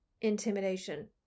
intimidation